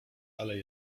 ale